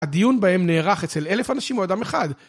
הדיון בהם נערך אצל אלף אנשים או אדם אחד.